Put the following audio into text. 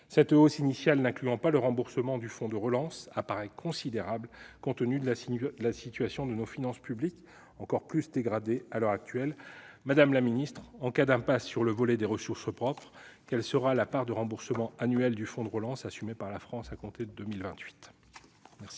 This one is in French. Cette hausse initiale n'incluant pas le remboursement du fonds de relance apparaît considérable compte tenu de la situation de nos finances publiques, encore plus dégradées à l'heure actuelle. Madame la secrétaire d'État, en cas d'impasse sur le volet des ressources propres, quelle sera la part de remboursement annuel du fonds de relance assumée par la France à compter de 2028 ? La